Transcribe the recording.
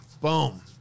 Boom